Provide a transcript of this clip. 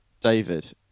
David